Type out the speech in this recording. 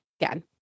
again